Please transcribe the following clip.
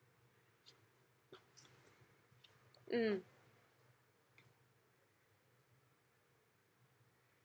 mm